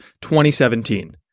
2017